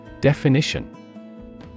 Definition